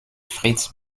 fritz